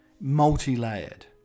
multi-layered